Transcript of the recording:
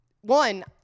one